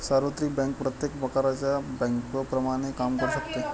सार्वत्रिक बँक प्रत्येक प्रकारच्या बँकेप्रमाणे काम करू शकते